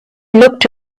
looked